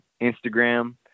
Instagram